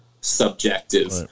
subjective